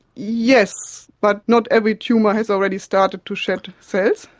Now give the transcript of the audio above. yes, but not every tumour has already started to shed cells.